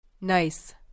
Nice